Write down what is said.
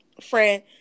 Friend